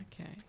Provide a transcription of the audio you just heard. okay